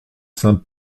saint